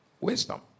Wisdom